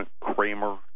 Kramer